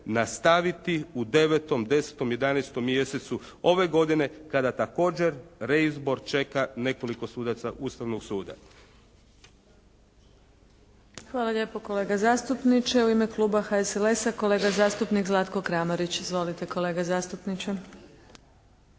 nastaviti u 9., 10., 11. mjesecu ove godine kada također reizbor čeka nekoliko sudaca Ustavnog suda.